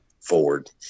forward